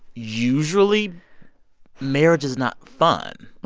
usually marriage is not fun.